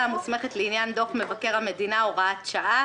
המוסמכת לעניין דוח מבקר המדינה (הוראת שעה)